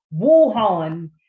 Wuhan